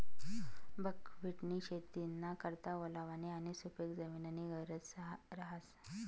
बकव्हिटनी शेतीना करता ओलावानी आणि सुपिक जमीननी गरज रहास